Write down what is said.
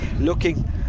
looking